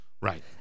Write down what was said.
Right